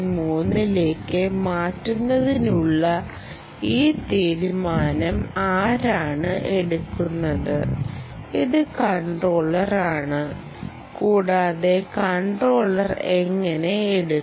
3 ലേക്ക് മാറ്റുന്നതിനുള്ള ഈ തീരുമാനം ആരാണ് എടുക്കുന്നത് അത് കൺട്രോളറാണ് കൂടാതെ കൺട്രോളർ എങ്ങനെ എടുക്കും